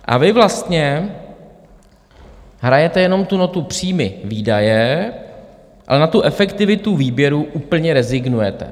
A vy vlastně hrajete jenom tu notu příjmyvýdaje, ale na efektivitu výběru úplně rezignujete.